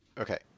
Okay